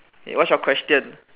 what's your question